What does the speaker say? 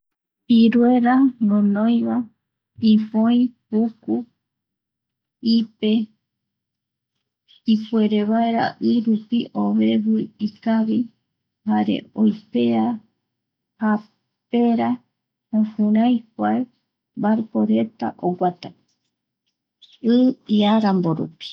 Iruera guinoiva ipoi puku, ipe, ipuerevaera i rupi ovevii ikavi jare oipea ja, pera jokurai kua barco reta oguata i iaramborupi.